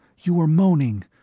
you were moaning.